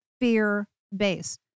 fear-based